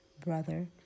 brother